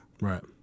Right